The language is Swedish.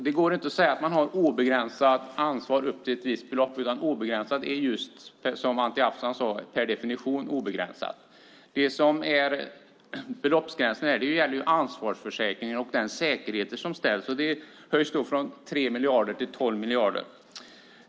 Det går inte att säga att man har ett obegränsat ansvar upp till ett visst belopp, utan obegränsat ansvar är, som Anti Avsan sade, per definition obegränsat. Beloppsgränsen gäller ansvarsförsäkringen och de säkerheter som ställs, och den höjs från 3 miljarder till 12 miljarder.